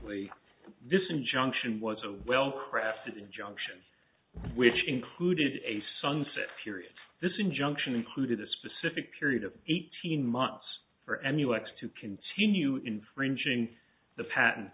ly this injunction was a well crafted injunction which included a sunset period this injunction included a specific period of eighteen months for emulex to continue infringing the pat